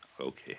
Okay